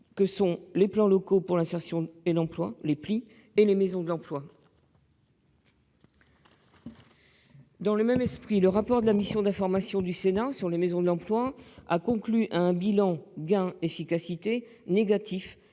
que sont les plans locaux pluriannuels pour l'insertion et l'emploi et les maisons de l'emploi. Dans le même esprit, le rapport de la mission d'information du Sénat relative aux maisons de l'emploi a conclu à un bilan gain-efficacité négatif,